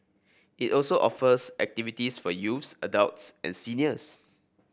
it also offers activities for youths adults and seniors